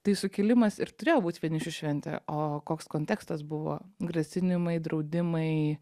tai sukilimas ir turėjo būt vienišių šventė o koks kontekstas buvo grasinimai draudimai